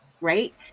right